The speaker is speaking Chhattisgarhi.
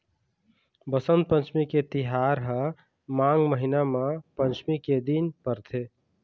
बसंत पंचमी के तिहार ह माघ महिना म पंचमी के दिन परथे